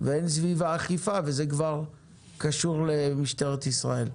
ואין סביבה אכיפה, וזה כבר קשור למשטרת ישראל.